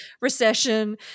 recession